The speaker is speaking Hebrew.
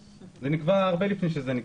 הסיור נקבע הרבה לפני שהדיון הזה נקבע.